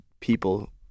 people